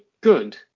good